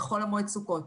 בחול המועד סוכות.